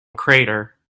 crater